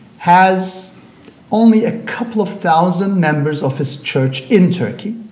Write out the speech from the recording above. has only a couple of thousand members of his church in turkey,